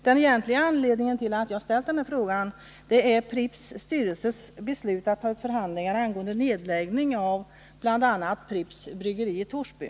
Den egentliga anledningen till att jag ställde frågan var Pripps styrelses beslut att ta upp förhandlingar angående nedläggning av bl.a. Pripps bryggeri i Torsby.